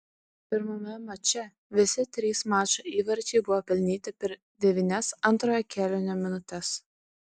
pirmame mače visi trys mačo įvarčiai buvo pelnyti per devynias antrojo kėlinio minutes